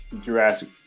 Jurassic